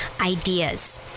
ideas